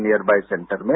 near by centre में